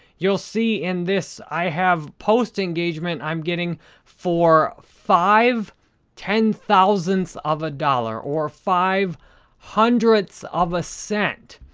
you'll see in this i have post engagement i'm getting for five ten-thousandths of a dollar, or five hundredths of a cent.